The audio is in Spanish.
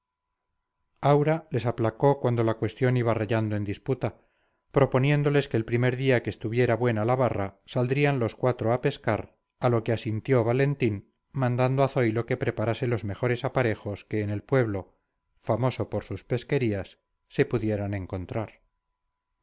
aura les aplacó cuando la cuestión iba rayando en disputa proponiéndoles que el primer día que estuviera buena la barra saldrían los cuatro a pescar a lo que asintió valentín mandando a zoilo que preparase los mejores aparejos que en el pueblo famoso por sus pesquerías se pudieran encontrar